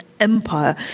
Empire